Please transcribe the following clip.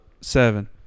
Seven